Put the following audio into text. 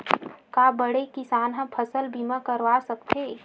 का बड़े किसान ह फसल बीमा करवा सकथे?